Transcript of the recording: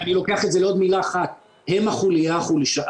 אני לוקח את זה לעוד מילה אחת: הם החוליה החלשה.